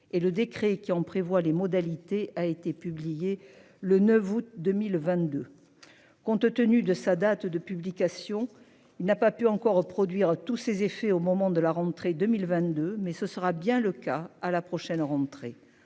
et le décret qui en prévoit les modalités a été publié le 9 août 2022. Compte tenu de sa date de publication. Il n'a pas pu encore produire tous ses effets au moment de la rentrée 2022, mais ce sera bien le cas à la prochaine rentrée.